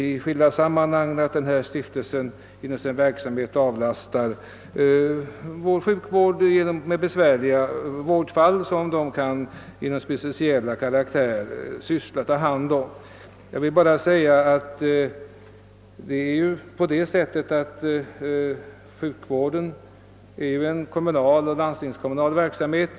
I skilda sammanhang har det hävdats att S:t Lukasstiftelsen genom sin verksamhet och speciella karaktär avlastar vår sjukvård: besvärliga vårdfall. Jag vill bara säga att sjukvården är en landstingskommunal verksamhet.